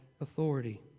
authority